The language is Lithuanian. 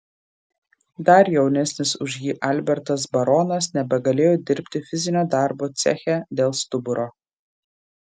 dar jaunesnis už jį albertas baronas nebegalėjo dirbti fizinio darbo ceche dėl stuburo